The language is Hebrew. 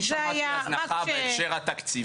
אני שמעתי הזנחה בהקשר התקציבי,